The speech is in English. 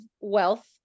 wealth